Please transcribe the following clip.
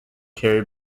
terry